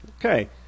okay